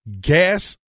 gas